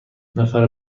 نفر